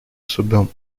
судом